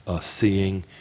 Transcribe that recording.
seeing